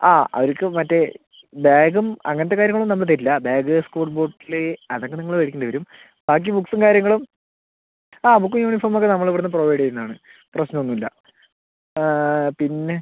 ആ അവർക്ക് മറ്റേ ബേഗും അങ്ങനത്തെ കാര്യങ്ങൾ ഒന്നും നമ്മൾ തരില്ല ബേഗ് സ്കൂൾ ബോട്ടിൽ അത് ഒക്കെ നിങ്ങൾ മേടിക്കേണ്ടി വരും ബാക്കി ബുക്സും കാര്യങ്ങളും ആ ബുക്കും യൂണിഫോം ഒക്കെ നമ്മൾ ഇവിടെ നിന്ന് പ്രൊവൈഡ് ചെയ്യുന്നതാണ് പ്രശ്നമൊന്നുമില്ല പിന്നെ